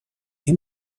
این